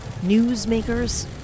newsmakers